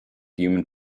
human